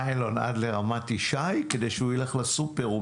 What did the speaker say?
לוקח אליו בניילון עד לרמת ישי כדי שהוא ילך לסופר להחזיר,